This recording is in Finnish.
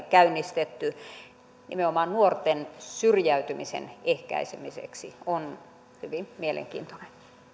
käynnistetty nimenomaan nuorten syrjäytymisen ehkäisemiseksi on hyvin mielenkiintoinen